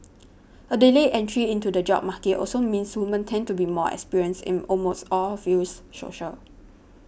a delayed entry into the job market also means women tend to be more experienced in almost all fields social